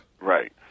right